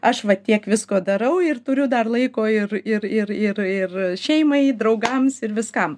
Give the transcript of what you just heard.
aš va tiek visko darau ir turiu dar laiko ir ir ir ir ir šeimai draugams ir viskam